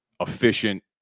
efficient